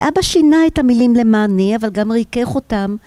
אבא שינה את המילים למעני, אבל גם ריכך אותן.